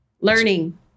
Learning